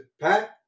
Pat